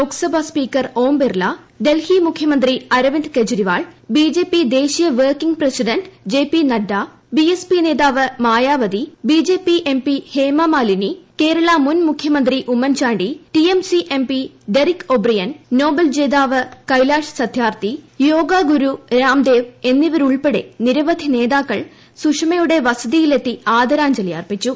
ലോക്സഭാസ്പീക്കർഓം ബിർല ഡൽഹിമുഖ്യമന്ത്രി Arvind Kejriwal B J P ദേശീയവർക്കിംങ് president J P Nadda B S P നേതാവ്മായാവതി B J P M P Hema Malini കേരളമുൻമുഖ്യമന്ത്രി ഉമ്മൻചാ ി ടിഎംസിഎം പി ഡെറിക്ഒബ്രിയൻ നോബേൽജേതാവ ്കൈലാഷ്സത്യാർത്ഥി യോഗഗുരുരാംദേവ്എന്നിവരുൾപ്പെടെ നിരവധി നേതാക്കൾസുഷമയുടെവസതിയിലെത്തി ആദരാഞ്ജലി അർപ്പിച്ചു